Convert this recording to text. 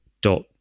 dot